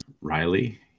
Riley